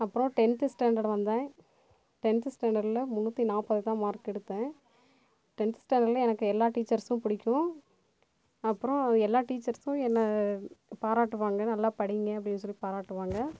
அப்றம் tenth standard வந்தேன் tenth ஸ்டேண்டர்டில் முன்னூற்றி நாற்பதுதான் மார்க் எடுத்தேன் டென்த் ஸ்டேண்டர்டில் எனக்கு எல்லா டீச்சர்ஸும் பிடிக்கும் அப்புறம் எல்லா டீச்சர்ஸும் என்னை பாராட்டுவாங்க நல்லா படிங்க அப்படினு சொல்லி பாராட்டுவாங்க